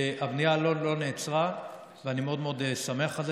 הבנייה לא נעצרה, ואני מאוד שמח על זה.